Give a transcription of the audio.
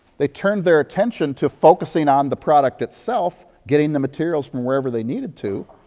they turned their attention to focusing on the product itself, getting the materials from wherever they needed to,